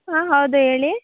ಹಾಂ ಹೌದು ಹೇಳಿ